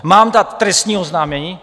Mám dát trestní oznámení?